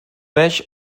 beix